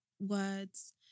words